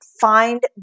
find